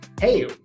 Hey